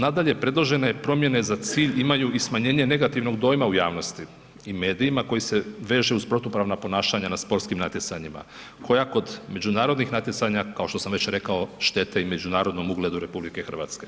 Nadalje, predložene promjene za cilj imaju i smanjenje negativnog dojma u javnosti i medijima koji se veže uz protupravna ponašanja na sportskim natjecanjima koja kod međunarodnih natjecanja kao što sam već rekao, štete i međunarodnom ugledu RH.